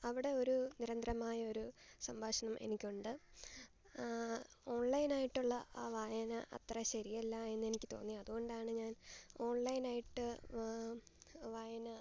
അവിടെ ഒരു നിരന്ധരമായൊരു സംഭാഷണം എനിക്കുണ്ട് ഓൺലൈനായിട്ടുള്ള ആ വായന അത്ര ശരിയല്ല എന്നെനിക്ക് തോന്നി അതുകൊണ്ടാണ് ഞാൻ ഓൺലൈനായിട്ട് വായന